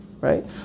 right